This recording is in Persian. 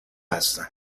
هستن